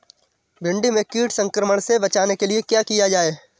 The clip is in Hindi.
भिंडी में कीट संक्रमण से बचाने के लिए क्या किया जाए?